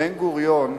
בן-גוריון,